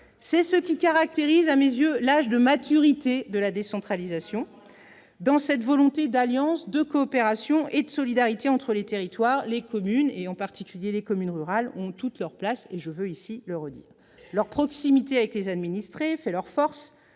C'est ce qui caractérise, à mes yeux, l'« âge de la maturité » de la décentralisation. Dans cette volonté d'alliance, de coopération et de solidarité entre les territoires, les communes, et particulièrement les communes rurales, ont toute leur place, j'y insiste. Leur proximité avec les administrés fait leur force,